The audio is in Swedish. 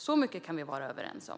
Så mycket kan vi vara överens om.